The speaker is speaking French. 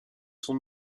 sont